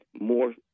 more